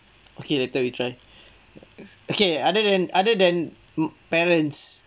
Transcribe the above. okay later we try okay other than other than parents